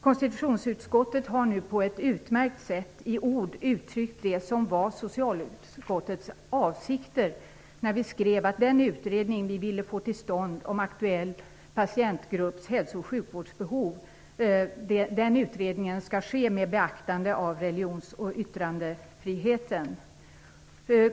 Konstitutionsutskottet har nu på ett utmärkt sätt i ord uttryckt det som var socialutskottets avsikt när vi skrev att den utredning vi ville få till stånd om aktuell patientgrupps hälso och sjukvårdsbehov skall ske med beaktande av religions och yttrandefriheten.